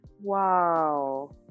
Wow